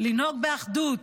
לנהוג באחדות,